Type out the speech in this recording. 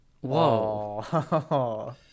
Whoa